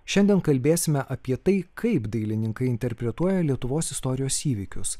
šiandien kalbėsime apie tai kaip dailininkai interpretuoja lietuvos istorijos įvykius